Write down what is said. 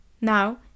Now